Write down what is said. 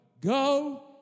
go